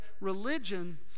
religion